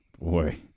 boy